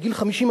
בגיל 50,